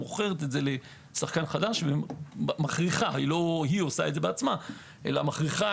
מוכרת לחדש ומכריחה לא היא עושה זאת בעצמה אלא מכריחה